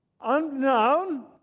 Unknown